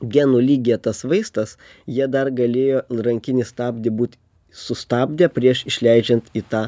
genų lygyje tas vaistas jie dar galėjo rankinį stabdį būti sustabdę prieš išleidžiant į tą